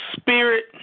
spirit